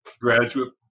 graduate